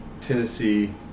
Tennessee